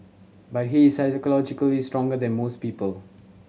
but he is psychologically stronger than most people